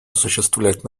осуществлять